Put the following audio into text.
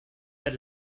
that